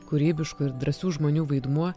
kūrybiškų ir drąsių žmonių vaidmuo